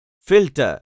filter